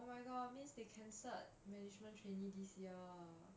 oh my god means they cancelled management trainee this year